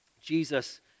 Jesus